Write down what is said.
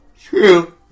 True